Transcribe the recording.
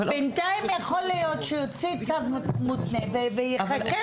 בינתיים יכול להיות שיוציא צו מותנה ויחכה.